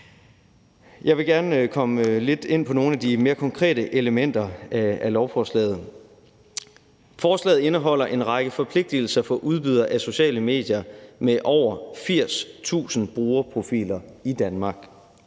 Jeg vil gerne komme lidt ind på nogle af de mere konkrete elementer af lovforslaget. Forslaget indeholder en række forpligtigelser for udbydere af sociale medier med over 80.000 brugerprofiler i Danmark.